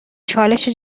چالش